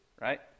right